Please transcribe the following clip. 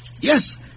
Yes